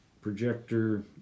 projector